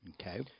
Okay